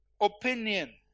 opinion